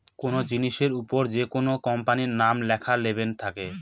কোনো জিনিসের ওপর যেকোনো কোম্পানির নাম লেখা লেবেল থাকে